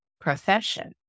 profession